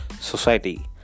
society